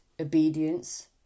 obedience